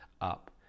up